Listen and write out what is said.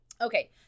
Okay